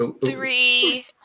three